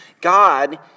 God